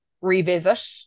revisit